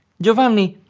giovanni,